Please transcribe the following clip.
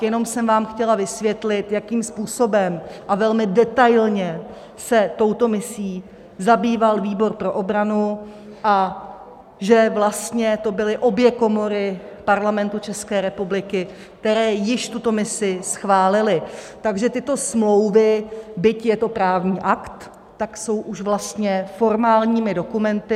Jenom jsem vám chtěla vysvětlit, jakým způsobem a velmi detailně se touto misí zabýval výbor pro obranu a že to vlastně byly obě komory Parlamentu České republiky, které již tuto misi schválily, takže tyto smlouvy, byť je to právní akt, jsou už vlastně formálními dokumenty.